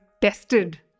tested